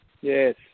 Yes